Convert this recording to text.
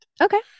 Okay